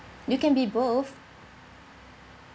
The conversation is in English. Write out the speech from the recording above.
you can be both